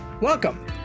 Welcome